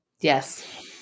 Yes